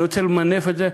אני רוצה למנף את זה,